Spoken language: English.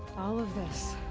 all of this.